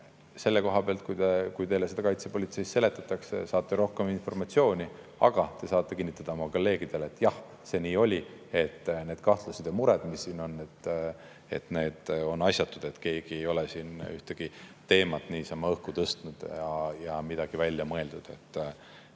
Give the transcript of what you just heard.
tegid seda. Kui teile seda kaitsepolitseis seletatakse, siis saate rohkem informatsiooni, aga te saate kinnitada oma kolleegidele, et jah, see nii oli. Need kahtlused ja mured, mis siin on, on asjatud. Keegi ei ole ühtegi teemat niisama õhku tõstnud ja midagi välja mõelnud.